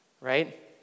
right